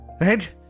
Right